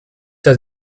does